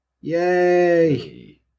Yay